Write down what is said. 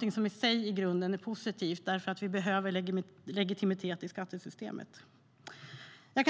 Det är i sig i grunden positivt därför att vi behöver legitimitet i skattesystemet. Det